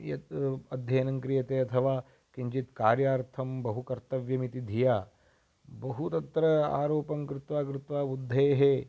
यत् अध्ययनं क्रियते अथवा किञ्चित् कार्यार्थं बहु कर्तव्यमिति धिया बहु तत्र आरोपं कृत्वा कृत्वा बुद्धेः